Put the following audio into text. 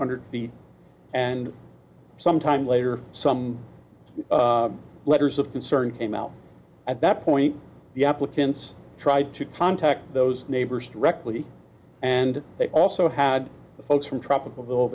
hundred feet and sometime later some letters of concern him out at that point the applicants tried to contact those neighbors directly and they also had the folks from tropical v